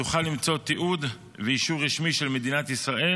תוכל למצוא תיעוד ואישור רשמי של מדינת ישראל